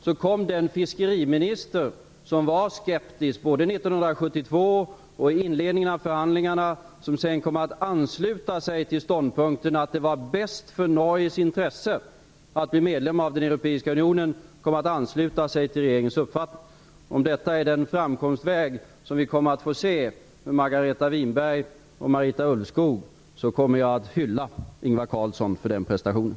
Då kom den fiskeriminister som var skeptisk både 1972 och i inledningen av förhandlingarna att ansluta sig till ståndpunkten att det var bäst för Norges intressen att bli medlem av Europeiska unionen och därmed att ansluta sig till regeringens uppfattning. Om detta är den framkomstväg som vi kommer att få se för Margareta Winberg och Marita Ulvskog, kommer jag att hylla Ingvar Carlsson för den prestationen.